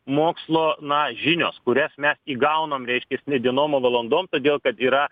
mokslo na žinios kurias mes įgaunam reiškias ne dienom o valandom todėl kad yra